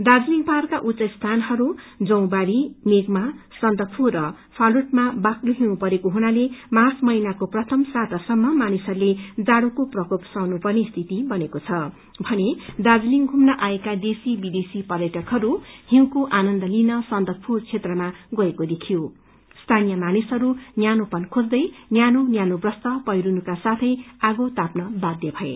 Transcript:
दार्जीलिङ पाहड़का उच्च स्थानहरू जौबारी मेघमा सन्दकफू र फालूटमा बाक्लो हिउँ परेको हुनाले मार्च महिनाको प्रथम सातासम्म मानिसहरूले जाड़ोको प्रकोप सहनु पर्ने स्थिति बनेको छ भने दार्जीलिङ घुम्न आएका देशी विदेशी पर्यटकहरू हिउँको आनन्द लिन सन्दकफू क्षेत्रमा गएको देखियो भने स्थानीय मानिसहरू न्यानोपन खोज्दै न्यानो न्यानो वस्त्र पहिरिनुका साथै आगो ताप्न बाघ्य भए